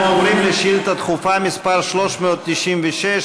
אנחנו עוברים לשאילתה דחופה מס' 396,